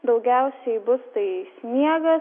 daugiausiai bus tai sniegas